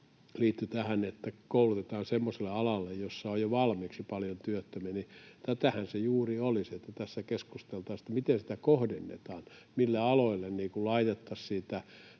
liittyy tähän, eli koulutetaan semmoiselle alalle, jossa on jo valmiiksi paljon työttömiä. Tätähän se juuri olisi, että tässä keskusteltaisiin, miten sitä kohdennetaan, mille aloille laitettaisiin